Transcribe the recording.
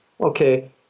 Okay